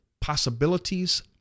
possibilities